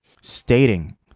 stating